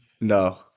No